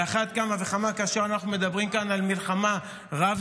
על אחת כמה וכמה כאשר אנחנו מדברים כאן על מלחמה רב-זירתית,